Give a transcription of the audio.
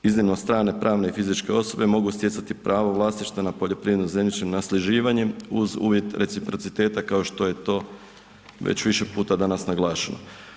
Iznimno, stane pravne i fizičke osobe mogu stjecati pravo vlasništva na poljoprivrednom zemljištu nasljeđivanjem, uz uvjet reciprociteta kao što je to već više puta danas naglašeno.